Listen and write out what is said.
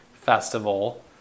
Festival